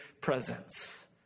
presence